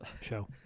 show